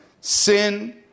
sin